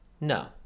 No